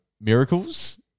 miracles